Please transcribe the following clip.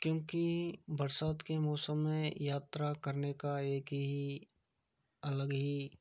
क्योंकि बरसात के मौसम में यात्रा करने का एक ही अलग ही